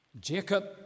Jacob